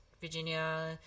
Virginia